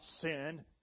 sin